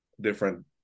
different